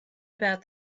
about